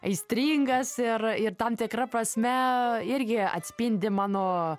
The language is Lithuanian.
aistringas ir ir tam tikra prasme irgi atspindi mano